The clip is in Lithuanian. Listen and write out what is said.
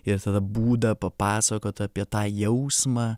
ir tada būdą papasakot apie tą jausmą